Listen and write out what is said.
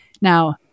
Now